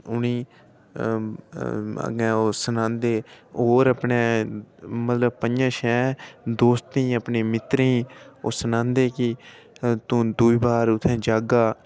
उ'नेंई अग्गें सनांदे होर अपने पंजें छें दोस्तें ई अपने मित्तरें गी ओह् सनांदे कि दूई बार उत्थें जाह्गा